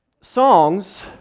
Songs